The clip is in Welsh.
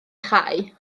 chau